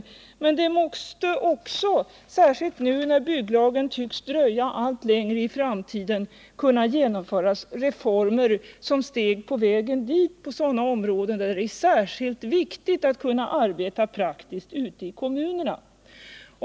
Samtidigt måste det på sådana områden där det är särskilt viktigt att snabbt komma i gång med det praktiska arbetet ute i kommunerna kunna genomföras reformer som är steg på vägen dit, särskilt nu när bygglagen tycks dröja.